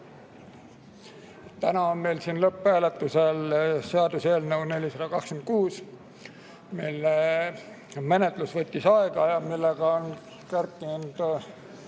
Täna on meil siin lõpphääletusel seaduseelnõu 426, mille menetlus võttis aega ja millega on seotud